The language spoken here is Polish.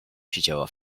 siedziała